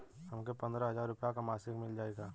हमके पन्द्रह हजार रूपया क मासिक मिल जाई का?